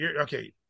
Okay